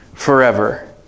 Forever